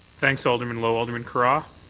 thanks, alderman lowe. alderman carra?